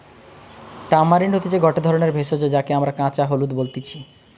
tamarind হতিছে গটে ধরণের ভেষজ যাকে আমরা কাঁচা হলুদ বলতেছি